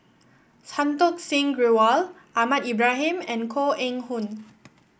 Santokh Singh Grewal Ahmad Ibrahim and Koh Eng Hoon